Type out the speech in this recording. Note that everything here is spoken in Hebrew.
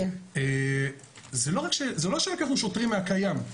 זה לא שלקחנו שוטרים מהקיים.